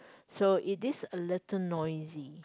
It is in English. so it is a little noisy